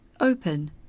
open